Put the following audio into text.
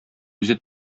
үзе